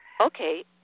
Okay